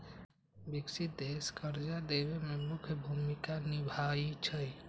विकसित देश कर्जा देवे में मुख्य भूमिका निभाई छई